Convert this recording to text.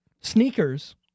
Sneakers